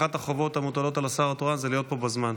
אחת החובות המוטלות על השר התורן זה להיות פה בזמן.